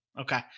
Okay